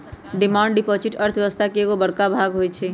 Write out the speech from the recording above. demand deposit अर्थव्यवस्था के एगो बड़का भाग होई छै